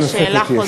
שאלה נוספת יש.